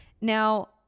Now